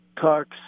talks